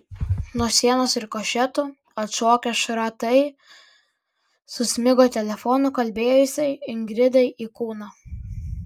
nuo sienos rikošetu atšokę šratai susmigo telefonu kalbėjusiai ingridai į kūną